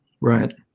Right